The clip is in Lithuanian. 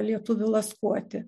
lietuvių laskuoti